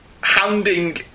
handing